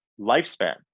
lifespan